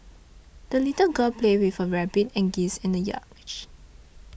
the little girl played with her rabbit and geese in the yard